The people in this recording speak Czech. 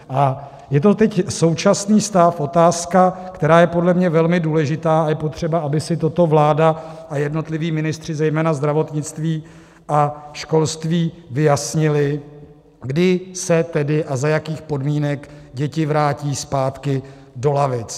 A je to teď současný stav otázka, která je podle mě velmi důležitá, a je potřeba, aby si toto vláda a jednotliví ministři, zejména zdravotnictví a školství, vyjasnili, kdy se tedy a za jakých podmínek děti vrátí zpátky do lavic.